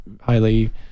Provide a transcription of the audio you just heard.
highly